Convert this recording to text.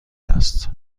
است